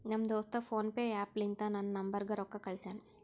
ನಮ್ ದೋಸ್ತ PhonePe app ಲಿಂತಾ ನನ್ ನಂಬರ್ಗ ರೊಕ್ಕಾ ಕಳ್ಸ್ಯಾನ್